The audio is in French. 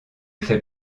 fait